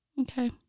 Okay